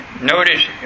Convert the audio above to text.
notice